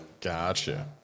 gotcha